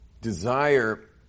Desire